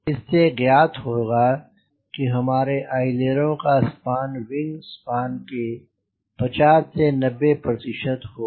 इससे ज्ञात होगा कि हमारे अइलेरों का स्पान विंग के स्पान का 50 से 90 प्रतिशत तक होगा